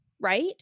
Right